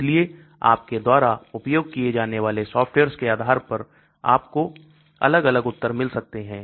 इसलिए आपके द्वारा उपयोग किए जाने वाले सॉफ्टवेयर्स के आधार पर आपको अलग अलग उत्तर मिल सकते हैं